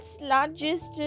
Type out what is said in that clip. largest